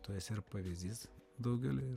tu esi ir pavyzdys daugeliui